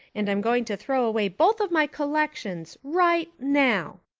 and i'm going to throw away both of my collections right now.